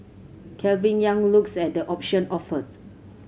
Calvin Yang looks at the option offered